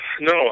No